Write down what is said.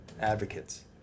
advocates